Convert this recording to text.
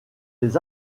des